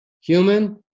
human